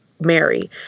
Mary